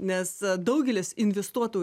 nes daugelis investuotų